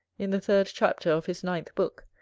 in the third chapter of his ninth book,